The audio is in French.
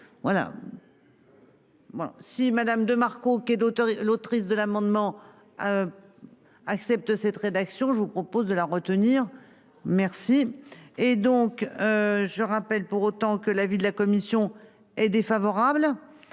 Voilà. Bon si Madame de Marco qui d'autres. L'autrice de l'amendement. Accepte cette rédaction. Je vous propose de la retenir, merci et donc. Je rappelle pour autant que l'avis de la commission est défavorable.